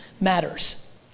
matters